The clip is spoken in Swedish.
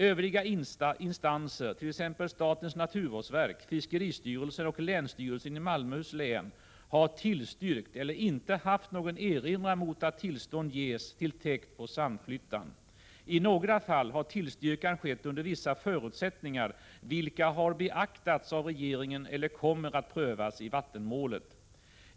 Övriga instanser — t.ex. statens naturvårdsverk, fiskeristyrelsen och länsstyrelsen i Malmöhus län — har tillstyrkt eller inte haft någon erinran mot att tillstånd ges till täkt på Sandflyttan. I några fall har tillstyrkan skett under vissa förutsättningar, vilka har beaktats av regeringen eller kommer att prövas i vattenmålet.